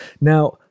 Now